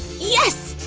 yes!